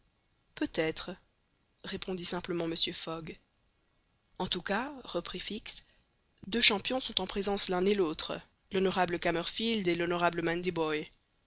peut-être répondit simplement mr fogg en tout cas reprit fix deux champions sont en présence l'un de l'autre l'honorable kamerfield et l'honorable